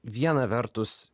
viena vertus